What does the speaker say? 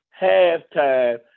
halftime